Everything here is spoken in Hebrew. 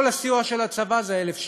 כל הסיוע של הצבא זה 1,000 שקל.